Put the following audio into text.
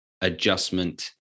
adjustment